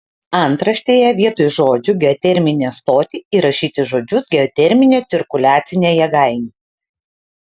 antraštėje vietoj žodžių geoterminę stotį įrašyti žodžius geoterminę cirkuliacinę jėgainę